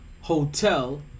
Hotel